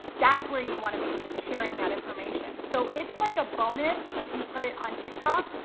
that's where you wanna be sharing that information. so it's like a bonus if you put it on tik tok,